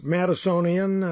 Madisonian